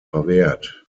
verwehrt